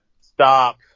Stop